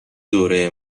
دوره